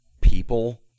people